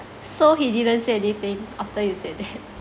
so he didn't say anything after you said that